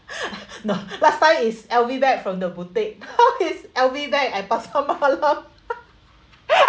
no last time it's L_V bag from the boutique oh it's L_V bag at pasar malam